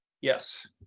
yes